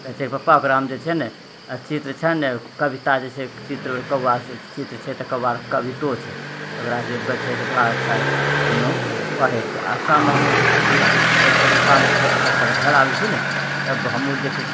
कहै छै पप्पा ओकरामे जे छै ने चित्र छै ने कविता जे छै चित्र छै तकर बाद कवितो छै तऽ ओकरासँ बैठै छै बड़ा अच्छा ओ पढ़ै छै आओर शाममे हमहूँ जे खेती शाममे खेती करिके घर आबै छी ने तब हमहूँ देखी